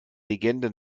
legende